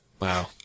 Wow